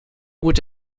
gut